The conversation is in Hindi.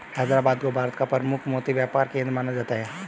हैदराबाद को भारत का प्रमुख मोती व्यापार केंद्र माना जाता है